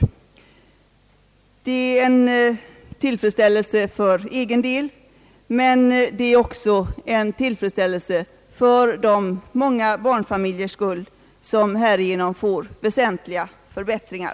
Det är en tillfredsställelse för egen del, men det är också en tillfredsställelse för de många barnfamiljers skull, som härigenom får väsentliga förbättringar.